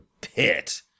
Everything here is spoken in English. pit